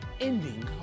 ending